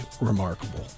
remarkable